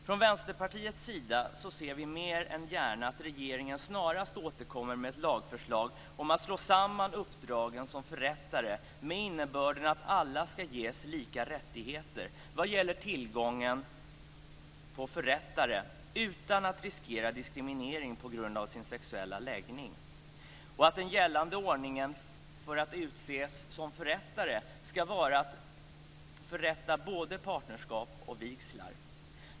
Från Vänsterpartiets sida ser vi mer än gärna att regeringen snarast återkommer med ett lagförslag om att slå samman uppdragen som förrättare med innebörden att alla ska ges lika rättigheter vad gäller tillgången till förrättare utan att riskera diskriminering på grund av sin sexuella läggning och att den gällande ordningen för att utse någon till förrättare ska vara att denne ska förrätta både partnerskap och vigslar.